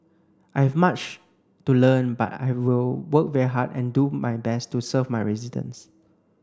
I have much to learn but I will work very hard and do my best to serve my residents